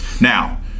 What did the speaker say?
Now